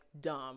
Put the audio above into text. dumb